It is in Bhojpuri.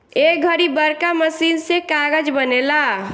ए घड़ी बड़का मशीन से कागज़ बनेला